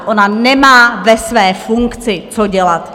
Ona nemá ve své funkci co dělat!